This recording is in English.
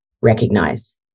recognize